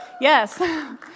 yes